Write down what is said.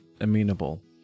amenable